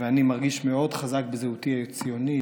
ואני מרגיש מאוד חזק בזהותי הציונית,